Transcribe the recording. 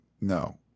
No